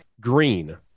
green